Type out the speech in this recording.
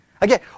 Again